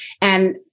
And-